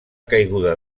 caiguda